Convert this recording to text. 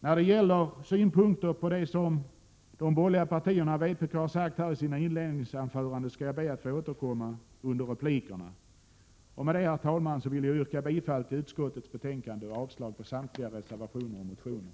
När det gäller synpunkter på det som de borgerliga partiernas och vpk:s representanter anförde i sina inledningsanföranden skall jag be att få återkomma under replikskiftet. Med detta, herr talman, vill jag yrka bifall till utskottets hemställan och avslag på samtliga reservationer och motioner.